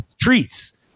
treats